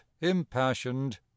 impassioned